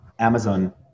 Amazon